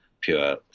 pure